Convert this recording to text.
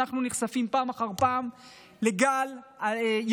אנחנו נחשפים פעם אחר פעם לגל ירידה,